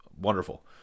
wonderful